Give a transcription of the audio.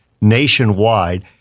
nationwide